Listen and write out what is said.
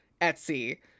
Etsy